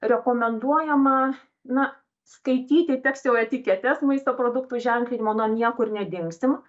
rekomenduojama na skaityti teks jau etiketes maisto produktų ženklinimo na niekur nedingsim